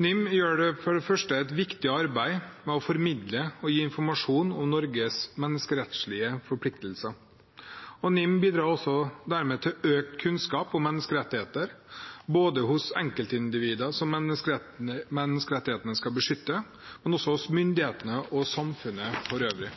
NIM gjør for det første et viktig arbeid med å formidle og gi informasjon om Norges menneskerettslige forpliktelser, og bidrar dermed til økt kunnskap om menneskerettigheter både hos enkeltindivider, som menneskerettighetene skal beskytte, og hos myndighetene og samfunnet for øvrig.